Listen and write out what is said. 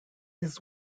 his